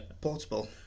portable